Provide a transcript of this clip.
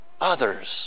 others